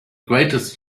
greatest